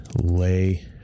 lay